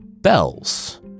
bells